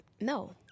No